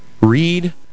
Read